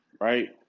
right